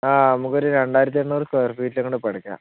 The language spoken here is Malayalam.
ആ നമുക്കൊരു രണ്ടായിരത്തി എണ്ണൂറ് സ്ക്വയർ ഫീറ്റിൽ ഇപ്പങ്ങട് ഇപ്പോൾ എടുക്കാം